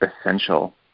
essential